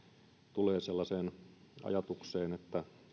tulee sellaiseen ajatukseen